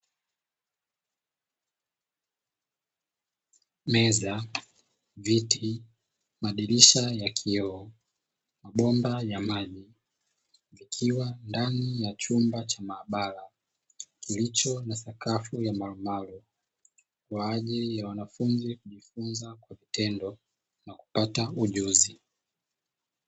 Meza, viti, madirisha ya kioo mabomba ya maji vikiwa ndani ya chumba cha mahabara kilicho na sakafu ya malumalu kwa ajili ya wanafunzi kujifunza kwa vitendo na kupata ujuzi.